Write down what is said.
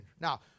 Now